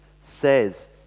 says